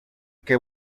que